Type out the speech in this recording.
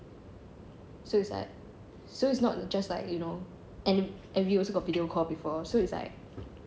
so it's like so it's not just like you know and and we also got video call before so it's like